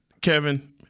Kevin